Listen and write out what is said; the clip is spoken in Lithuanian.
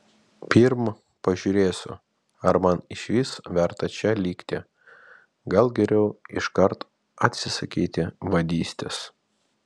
pirm pažiūrėsiu ar man išvis verta čia likti gal geriau iškart atsisakyti vadystės